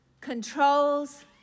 controls